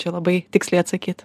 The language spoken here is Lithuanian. čia labai tiksliai atsakyt